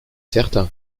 certain